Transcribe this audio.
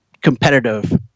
competitive